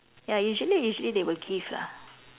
ya usually usually they will give lah